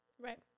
Right